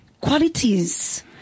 qualities